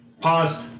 pause